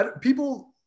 People